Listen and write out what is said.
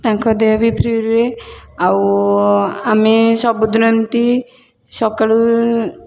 ତାଙ୍କ ଦେହ ବି ଫ୍ରି ରୁହେ ଆଉ ଆମେ ସବୁଦିନ ଏମିତି ସକାଳୁ